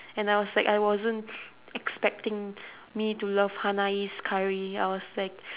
and I was like I wasn't expecting me to love hainanese curry I was like